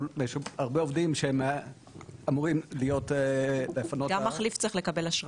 הרבה עובדים שאמורים להיות --- גם מחליף צריך לקבל אשרה.